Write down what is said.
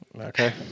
Okay